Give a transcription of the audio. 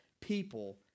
people